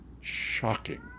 shocking